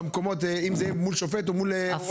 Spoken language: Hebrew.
אם זה יהיה מול שופט --- הפוך.